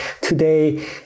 today